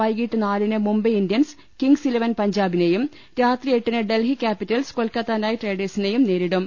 വൈകീട്ട് നാലിന് Mumbai Indians Kings Eleven പഞ്ചാബിനെയും രാത്രി എട്ടിന് ഡൽഹി ക്യാപ്പിറ്റൽസ് കൊൽക്കത്ത നൈറ്റ് റൈഡേ ഴ്സിനെയും നേരിടും